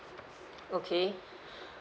okay